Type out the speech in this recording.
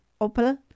Opel